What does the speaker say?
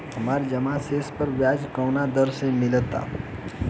हमार जमा शेष पर ब्याज कवना दर से मिल ता?